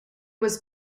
was